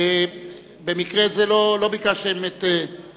עובדה ששני שרים מהממשלה הקודמת מצביעים בעד החוק הזה.